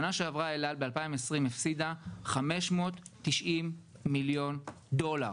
שנה שעברה ב-2020 אל על הפסידה 590 מיליון דולר.